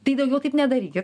tai daugiau taip nedarykit